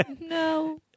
no